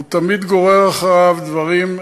מראש הוא תמיד גורר אחריו דברים.